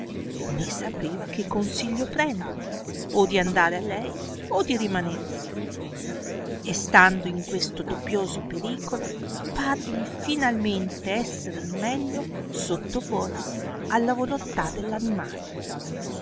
né sapeva che consiglio prendere o di andare a lei o di rimanersi e stando in questo dubbioso pericolo parvegli tìnalmente esser il meglio sottoporsi alla volontà